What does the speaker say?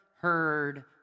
heard